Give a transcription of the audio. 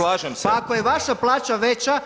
Pa ako je vaša plaća veća,